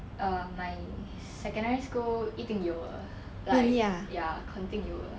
err my secondary school 一定有的 like ya 肯定有的